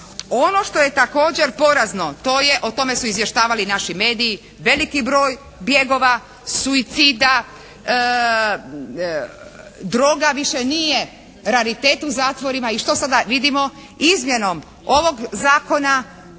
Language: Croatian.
Ono što je također porazno to je, o tome su izvještavali naši mediji veliki broj bjegova, suicida, droga više nije raritet u zatvorima. I što sada vidimo? Izmjenom ovog zakona